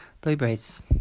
blueberries